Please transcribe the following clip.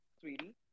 sweetie